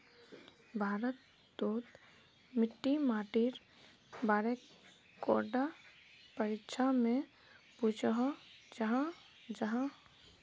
भारत तोत मिट्टी माटिर बारे कैडा परीक्षा में पुछोहो जाहा जाहा?